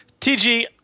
TG